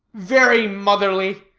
very motherly!